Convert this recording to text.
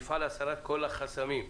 ויפעל להסרת כל החסמים.